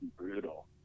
brutal